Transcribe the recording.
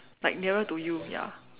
like nearer to you ya